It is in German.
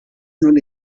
nun